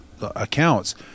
accounts